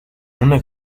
una